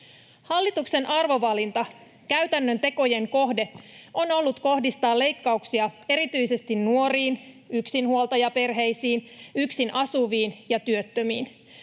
Hallituksen arvovalinta, käytännön tekojen kohde, on ollut kohdistaa leikkauksia erityisesti nuoriin, yksinhuoltajaperheisiin, yksin asuviin ja työttömiin.